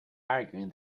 arguing